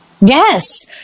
Yes